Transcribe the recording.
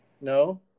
No